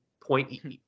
point